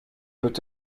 peut